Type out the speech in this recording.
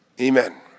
Amen